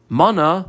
mana